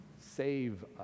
save